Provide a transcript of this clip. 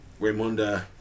Raimunda